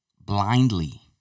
blindly